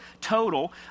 total